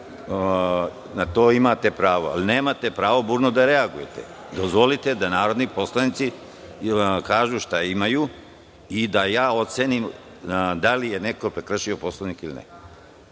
Na to imate pravo, ali nemate pravo da burno reagujete. Dozvolite da vam narodni poslanici kažu šta imaju i da ja ocenim da li je neko prekršio Poslovnik ili